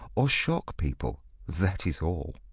or shock people that is all!